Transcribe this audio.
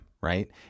right